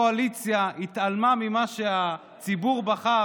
הקואליציה התעלמה ממה שהציבור בחר,